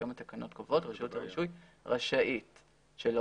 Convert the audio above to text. היום התקנות קובעות שרשות הרישוי רשאית שלא